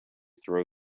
throw